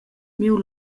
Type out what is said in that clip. miu